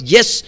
Yes